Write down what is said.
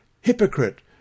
Hypocrite